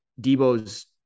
Debo's